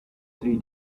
three